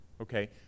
Okay